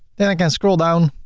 then i can scroll down,